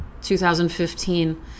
2015